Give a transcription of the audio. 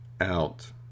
out